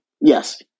Yes